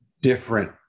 different